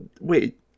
wait